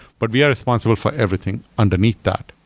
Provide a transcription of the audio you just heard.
but we are responsible for everything underneath that.